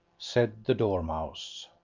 said the dormouse.